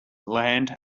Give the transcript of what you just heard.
land